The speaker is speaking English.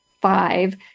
five